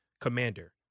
Commander